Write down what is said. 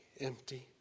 empty